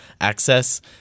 access